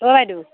অঁ বাইদউ